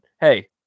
Hey